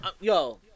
Yo